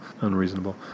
unreasonable